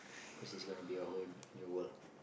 because it's gonna be a whole new world